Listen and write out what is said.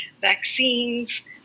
vaccines